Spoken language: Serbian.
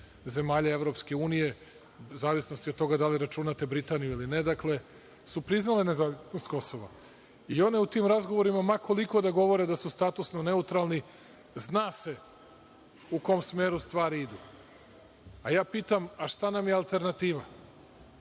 zemalja EU, u zavisnosti od toga da li računate Britaniju ili ne, su priznale nezavisnost Kosova. One u tim razgovorima, ma koliko da govore da su statusno neutralni, zna se u kom smeru stvari idu. Ja pitam – a šta nam je alternativa?